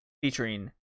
featuring